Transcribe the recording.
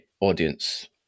audience